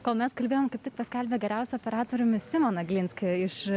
kol mes kalbėjom kaip tai paskelbė geriausiu operatoriumi simoną glinskį iš